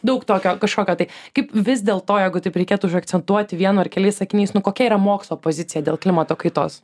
daug tokio kažkokio tai kaip vis dėlto jeigu taip reikėtų užakcentuoti vienu ar keliais sakiniais nu kokia yra mokslo pozicija dėl klimato kaitos